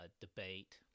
debate